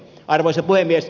arvoisa puhemies